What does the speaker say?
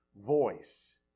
voice